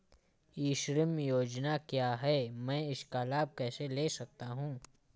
ई श्रम योजना क्या है मैं इसका लाभ कैसे ले सकता हूँ?